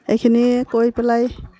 এইখিনিে কৈ পেলাই